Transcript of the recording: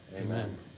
Amen